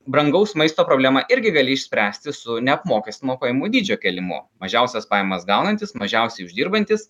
brangaus maisto problemą irgi gali išspręsti su neapmokestinamo pajamų dydžio kėlimu mažiausias pajamas gaunantys mažiausiai uždirbantys